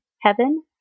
heaven